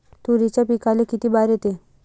तुरीच्या पिकाले किती बार येते?